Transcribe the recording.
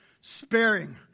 sparing